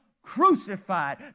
crucified